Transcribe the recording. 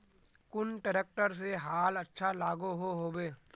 कुन ट्रैक्टर से हाल अच्छा लागोहो होबे?